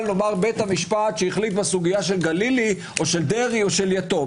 נאמר בית המשפט שהחליט בסוגיה של דרעי או של גלילי או של יתום.